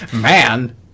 Man